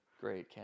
Great